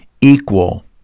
equal